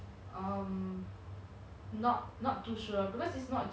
orh so 他们要 travel around to like different studios at